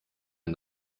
ein